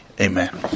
Amen